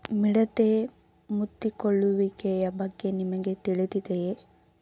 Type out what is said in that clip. ಮಿಡತೆ ಮುತ್ತಿಕೊಳ್ಳುವಿಕೆಯ ಬಗ್ಗೆ ನಿಮಗೆ ತಿಳಿದಿದೆಯೇ?